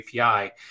API